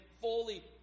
fully